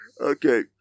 Okay